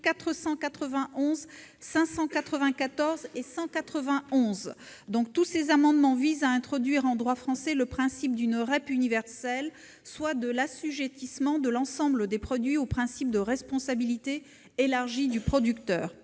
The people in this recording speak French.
491 rectifié, 594 et 191 visent à introduire en droit français le principe d'une REP universelle, soit l'assujettissement de l'ensemble des produits au principe de responsabilité élargie du producteur.